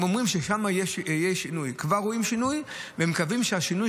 הם אומרים שכבר רואים שינוי ומקווים שהשינוי